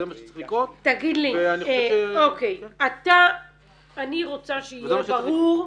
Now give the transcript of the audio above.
זה מה שצריך לקרות ואני חושב -- אני רוצה שיהיה ברור,